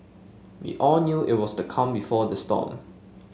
we all knew it was the calm before the storm